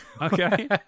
Okay